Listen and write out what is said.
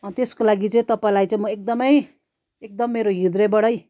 त्यसको लागि चाहिँ तपाईँलाई चाहिँ म एकदमै एकदम मेरो ह्रदयबाटै